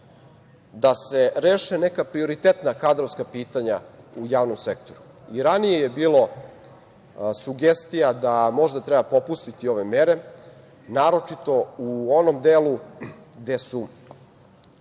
da se reše neka prioritetna kadrovska pitanja u javnom sektoru i ranije je bilo sugestija da možda treba popustiti ove mere naročito u onom delu gde su